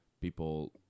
people